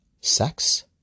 sex